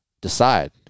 decide